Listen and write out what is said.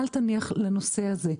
אל תניח לנושא הזה,